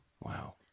Wow